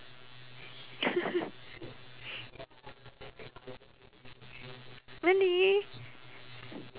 really